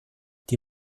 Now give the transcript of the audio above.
die